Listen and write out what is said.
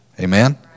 Amen